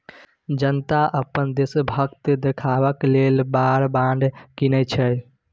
जनता अपन देशभक्ति देखेबाक लेल वॉर बॉड कीनय छै